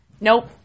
Nope